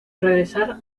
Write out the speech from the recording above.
regresar